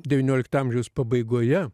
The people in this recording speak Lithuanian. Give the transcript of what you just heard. devyniolikto amžiaus pabaigoje